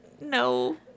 no